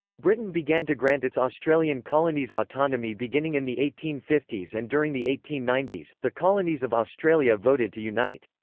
britain began to grant its australian colonies autonomy beginning in the eighteen fifty s and during the eighteen ninety s, the colonies of australia voted to unite.